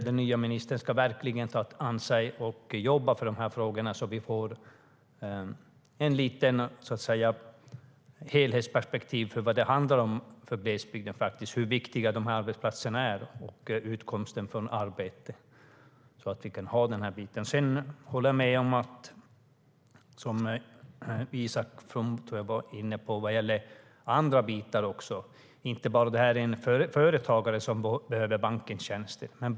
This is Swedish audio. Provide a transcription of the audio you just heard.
Den nye ministern ska verkligen se till att jobba för de här frågorna, så att vi får ett helhetsperspektiv. De här arbetsplatserna och utkomsten från arbete är väldigt viktiga för glesbygden. Sedan håller jag med om det som Isak From var inne på när det gäller andra bitar också. Det handlar inte bara om företagare som behöver bankens tjänster.